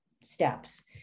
steps